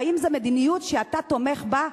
והאם זו מדיניות שאתה תומך בה,